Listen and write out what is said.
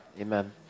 Amen